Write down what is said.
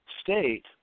state